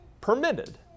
permitted